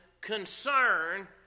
concern